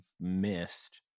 missed